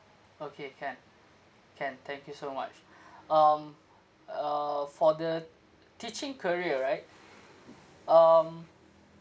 okay can can thank you so much um uh for the teaching career right um